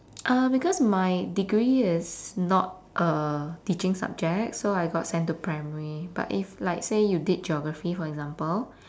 um because my degree is not a teaching subject so I got sent to primary but if like say you did geography for example